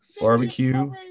Barbecue